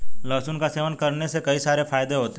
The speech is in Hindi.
लहसुन का सेवन करने के कई सारे फायदे होते है